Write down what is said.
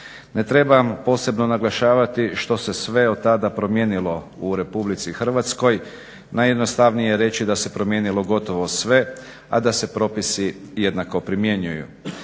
Ne trebam posebno naglašavati što se sve od tada promijenilo u RH. Najjednostavnije je reći da se promijenilo gotovo sve, a da se propisi jednako primjenjuju.